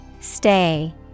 Stay